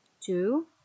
Two